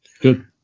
good